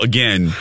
Again